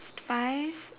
five